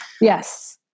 Yes